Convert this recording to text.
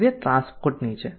પ્રક્રિયા ટ્રાન્સપોર્ટ ની છે